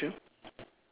okay can sure